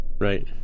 Right